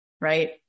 right